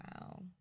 Wow